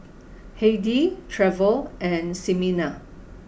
Heidy Trevor and Ximena